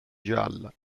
gialla